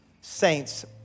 saints